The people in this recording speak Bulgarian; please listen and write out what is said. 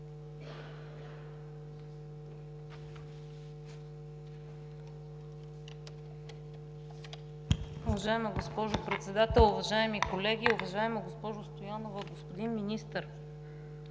Уважаема госпожо Председател, уважаеми колеги, уважаема госпожо Стоянова, господин Министър!